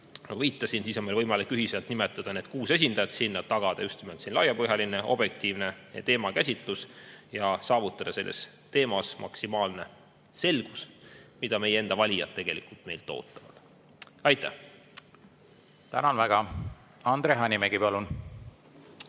viitasin, siis on meil võimalik ühiselt nimetada need kuus esindajat sinna, et tagada just nimelt laiapõhjaline, objektiivne teemakäsitlus ja saavutada selles teemas maksimaalne selgus, mida meie endi valijad tegelikult meilt ootavad. Aitäh! Tänan väga! Andre Hanimägi, palun!